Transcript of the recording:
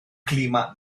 clima